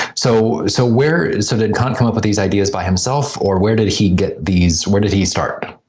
so, so where, so did kant come up with these ideas by himself or where did he get these, where did he start?